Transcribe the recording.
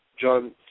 John